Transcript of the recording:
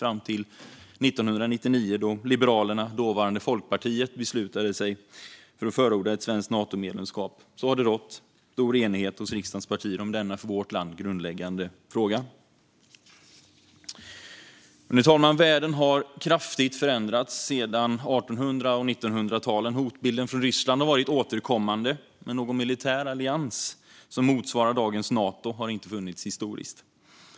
Fram till 1999, då Liberalerna, dåvarande Folkpartiet, beslutade sig för att förorda ett svenskt Natomedlemskap, har det rått stor enighet bland riksdagens partier om denna för vårt land grundläggande fråga. Men, herr talman, världen har kraftigt förändrats sedan 1800 och 1900-talen. Hotbilden från Ryssland har varit återkommande, men någon militär allians motsvarande dagens Nato har inte funnits historiskt.